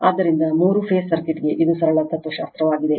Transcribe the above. ಆದ್ದರಿಂದ ಮೂರು ಫೇಸ್ ಸರ್ಕ್ಯೂಟ್ಗೆ ಇದು ಸರಳ ತತ್ವಶಾಸ್ತ್ರವಾಗಿದೆ